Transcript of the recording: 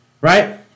Right